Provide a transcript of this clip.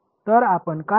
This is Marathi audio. तर आपण काय करतो